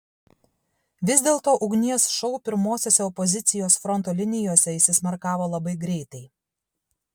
vis dėlto ugnies šou pirmosiose opozicijos fronto linijose įsismarkavo labai greitai